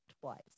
twice